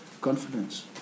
confidence